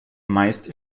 meist